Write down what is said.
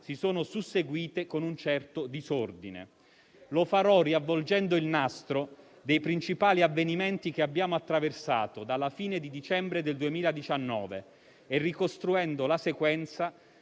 si sono susseguite con un certo disordine. Lo farò riavvolgendo il nastro dei principali avvenimenti che abbiamo attraversato dalla fine di dicembre del 2019 e ricostruendo la sequenza